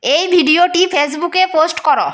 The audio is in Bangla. এই ভিডিওটি ফেসবুকে পোস্ট কর